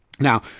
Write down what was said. Now